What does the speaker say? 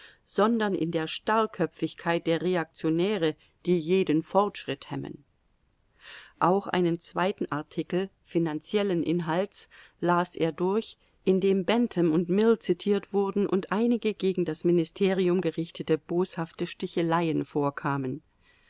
sondern in der starrköpfigkeit der reaktionäre die jeden fortschritt hemmen auch einen zweiten artikel finanziellen inhalts las er durch in dem bentham und mill zitiert wurden und einige gegen das ministerium gerichtete boshafte sticheleien vorkamen